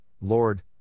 Lord